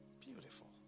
beautiful